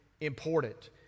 important